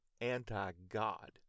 anti-God